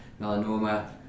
melanoma